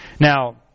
Now